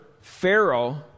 Pharaoh